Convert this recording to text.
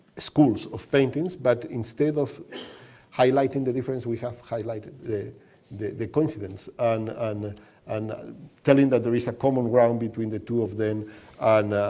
schools of paintings, but instead of highlighting the difference, we have highlighted the the coincidence and and and telling that there is a common ground between the two of them and,